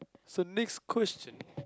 so next question